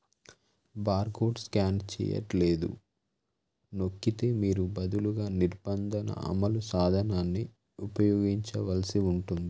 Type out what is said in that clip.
barcode scan చెయ్యట్లేదు నొక్కితే మీరు బదులుగా నిర్బంధన అమలు సాధనాన్ని ఉపయోగించవలసి ఉంటుంది